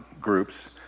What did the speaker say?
groups